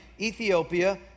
Ethiopia